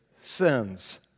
sins